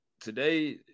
today